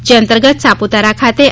જે અંતર્ગત સાપુતારા ખાતે તા